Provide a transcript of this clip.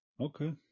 Okay